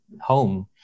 home